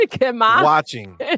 watching